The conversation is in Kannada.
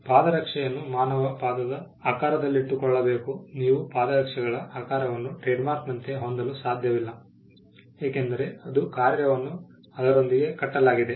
ಪಾದರಕ್ಷೆಯನ್ನು ಮಾನವ ಪಾದದ ಆಕಾರದಲ್ಲಿಟ್ಟುಕೊಳ್ಳಬೇಕು ನೀವು ಪಾದರಕ್ಷೆಗಳ ಆಕಾರವನ್ನು ಟ್ರೇಡ್ಮಾರ್ಕ್ನಂತೆ ಹೊಂದಲು ಸಾಧ್ಯವಿಲ್ಲ ಏಕೆಂದರೆ ಅದು ಕಾರ್ಯವನ್ನು ಅದರೊಂದಿಗೆ ಕಟ್ಟಲಾಗಿದೆ